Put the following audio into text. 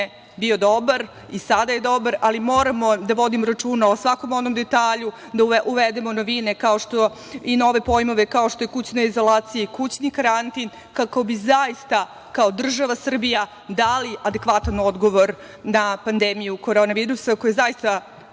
bio dobar, i sada je dobar, ali moramo da vodimo računa o svakom onom detalju, da uvedemo novine i nove pojmove, kao što su kućna izolacija i kućni karantin kako bi zaista kao država Srbija dali adekvatan odgovor na pandemiju korona virusa koja je zaista